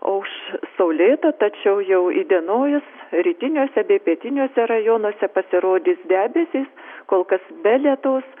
auš saulėta tačiau jau įdienojus rytiniuose bei pietiniuose rajonuose pasirodys debesys kol kas be lietus